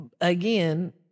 Again